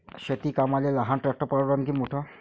शेती कामाले लहान ट्रॅक्टर परवडीनं की मोठं?